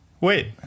Wait